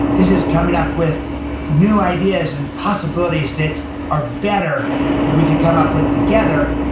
this is coming up with new ideas and possibilities that are better that we could come up with together,